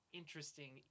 interesting